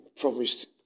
promised